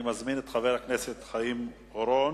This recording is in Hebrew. אני מזמין את חבר הכנסת חיים אורון,